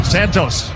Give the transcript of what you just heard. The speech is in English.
Santos